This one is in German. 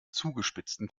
zugespitzten